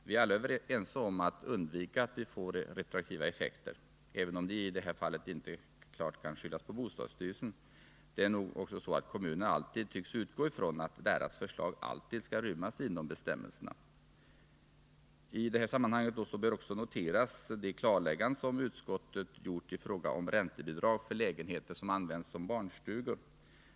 Vi är alla ense om att vi vill undvika retroaktiva effekter. Men de kan i detta fall inte klart skyllas på bostadsstyrelsen. Det är nog också så att kommunerna tycks utgå från att deras förslag alltid skall rymmas inom bestämmelserna. I det här sammanhanget bör också noteras de klarlägganden som utskottet gjort i fråga om räntebidrag för lägenheter som används som barnstugor.